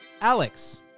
Alex